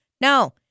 No